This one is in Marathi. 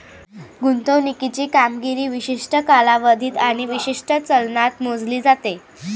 गुंतवणुकीची कामगिरी विशिष्ट कालावधीत आणि विशिष्ट चलनात मोजली जाते